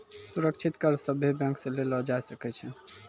सुरक्षित कर्ज सभे बैंक से लेलो जाय सकै छै